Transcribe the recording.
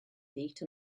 heat